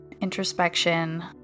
introspection